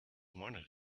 wanted